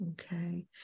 Okay